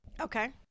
Okay